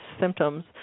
symptoms